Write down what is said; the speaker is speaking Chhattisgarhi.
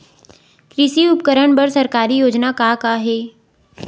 कृषि उपकरण बर सरकारी योजना का का हे?